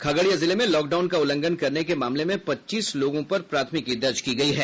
खगड़िया जिले में lockdown का उल्लंघन करने के मामले में पच्चीस लोग पर प्राथमिकी दर्ज की गयी है